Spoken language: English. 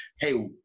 hey